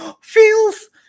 Feels